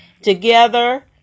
Together